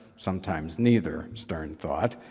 sometimes neither, stern thought.